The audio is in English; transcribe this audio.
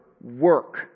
work